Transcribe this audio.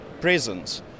presence